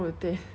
so